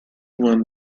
won